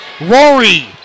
Rory